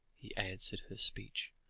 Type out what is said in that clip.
he answered her speech.